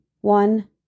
One